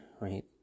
right